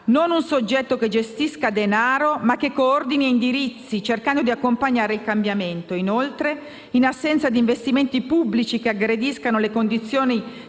Non un soggetto che gestisca denaro, ma che coordini e indirizzi, cercando di accompagnare il cambiamento. Inoltre, in assenza di investimenti pubblici che aggrediscano le condizioni